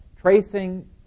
tracing